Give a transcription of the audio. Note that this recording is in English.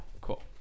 Cool